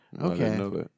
Okay